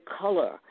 color